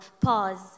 Pause